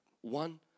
one